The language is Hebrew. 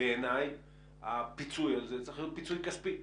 בעיני הפיצוי הזה צריך להיות פיצוי כספי,